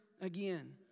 again